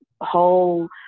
whole